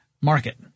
market